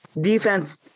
defense